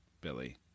Billy